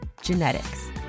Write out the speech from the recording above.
genetics